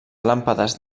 làmpades